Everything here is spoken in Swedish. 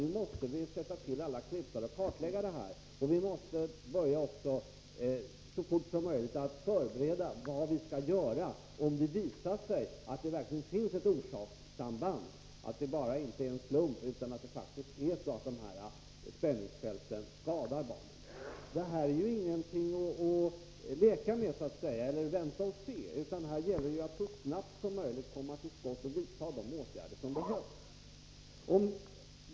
Då borde hon säga sig att alla klutar måste sättas till för att kartlägga det hela och förbereda vad som bör göras — om det alltså visar sig att det är ett orsakssamband och att det inte bara är en slump att högspänningsfälten skadar barnen. Här bör man inte vänta och se, utan här gäller det att så snart som möjligt komma till skott och vidta de åtgärder som behövs.